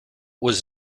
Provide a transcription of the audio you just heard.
was